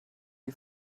die